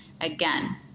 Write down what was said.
again